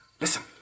Listen